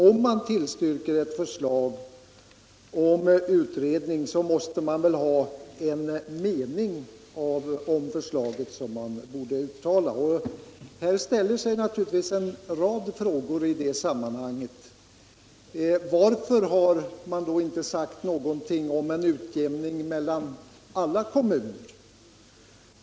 Om man tillstyrker ett förslag om utredning så bör man ha en mening om förslaget som man bör uttala. Det uppställer sig en rad frågor i sammanhanget: Varför har det inte sagts någonting om en utjämning mellan alla kommuner?